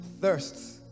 Thirsts